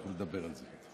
אנחנו נדבר על זה.